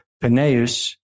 Peneus